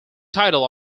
title